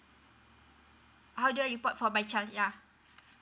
how do I report for my child yeah